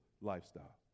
lifestyle